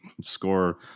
score